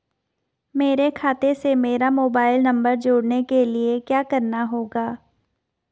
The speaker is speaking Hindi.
मेरे खाते से मेरा मोबाइल नम्बर जोड़ने के लिये क्या करना होगा?